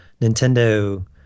nintendo